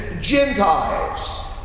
Gentiles